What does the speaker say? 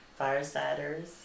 firesiders